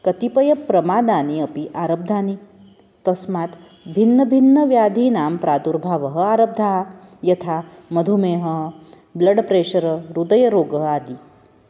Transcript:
कतिपयप्रमादानि अपि आरब्धानि तस्मात् भिन्नभिन्नव्याधीनां प्रादुर्भावः आरब्धः यथा मधुमेहः ब्लड् प्रेशर् हृदयरोगः आदिः